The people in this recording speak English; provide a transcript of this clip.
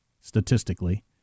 statistically